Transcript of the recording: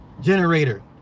generator